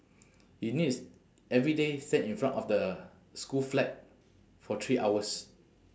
he need to s~ every day stand in front of the school flag for three hours